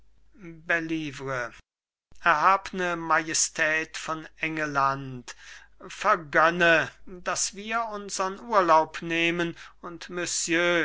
erhabne majestät von engelland vergönne daß wir unsern urlaub nehmen und